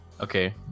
Okay